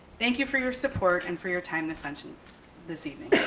thank you for your support and for your time and attention this evening.